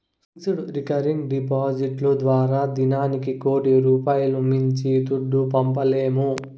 fixed, recurring డిపాడిట్లు ద్వారా దినానికి కోటి రూపాయిలు మించి దుడ్డు పంపలేము